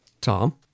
Tom